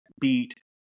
beat